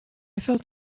felt